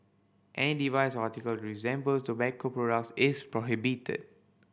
any device article resembles tobacco products is prohibited